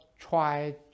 try